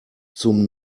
zum